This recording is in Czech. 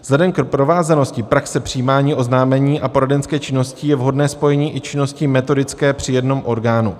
Vzhledem k provázanosti praxe přijímání oznámení a poradenské činnosti je vhodné spojení i činnosti metodické při jednom orgánu.